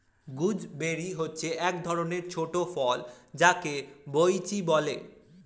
gooseberry হচ্ছে এক ধরণের ছোট ফল যাকে বৈঁচি বলে